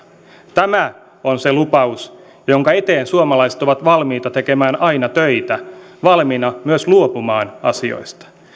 tämä on se lupaus jonka eteen suomalaiset ovat valmiita tekemään aina töitä valmiina myös luopumaan asioista